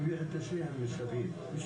אבל, ראינו שהם מתמקדים, בעיקר אנחנו